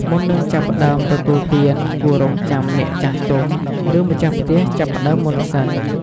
មុននឹងចាប់ផ្តើមទទួលទាន គួររង់ចាំអ្នកចាស់ទុំ ឬម្ចាស់ផ្ទះចាប់ផ្តើមមុនសិន។